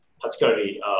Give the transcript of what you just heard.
particularly